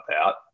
out